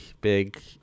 big